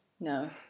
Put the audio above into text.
No